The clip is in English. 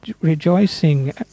rejoicing